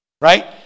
Right